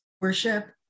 worship